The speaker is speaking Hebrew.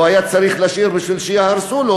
הוא היה צריך להשאיר בשביל שיהרסו לו,